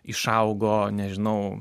išaugo nežinau